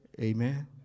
Amen